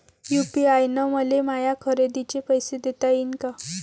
UPI न मले माया खरेदीचे पैसे देता येईन का?